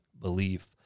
belief